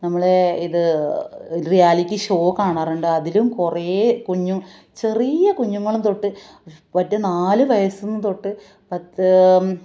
നമ്മളുടെ ഇത് reality show കാണാറുണ്ട് അതിലും കുറെ കുഞ്ഞു ചെറിയ കുഞ്ഞുങ്ങളും തൊട്ട് മറ്റെ നാല് വയസ്സിൽ നിന്ന് തൊട്ട് പത്ത്